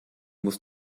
musst